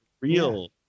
real